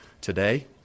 today